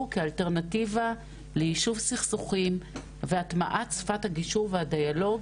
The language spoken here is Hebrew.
כאלטרנטיבה ליישוב סכסוכים והטמעת שפת הגישור והדיאלוג,